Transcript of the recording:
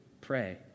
pray